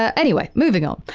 ah anyway, moving on.